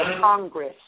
Congress